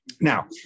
Now